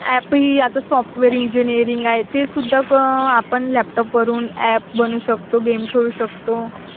ॲपही आता software engineering आहे तेसुद्धा क आपण लॅपटॉपवरून ॲप बनवू शकतो गेम खेळू शकतो